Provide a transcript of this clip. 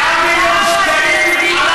100 מיליון שקלים.